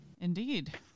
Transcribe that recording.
Indeed